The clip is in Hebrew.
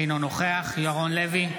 אינו נוכח ירון לוי,